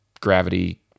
gravity